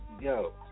Yo